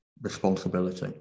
responsibility